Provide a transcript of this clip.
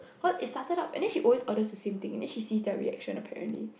what it started out and then she always orders the same thing and she sees their reaction apparently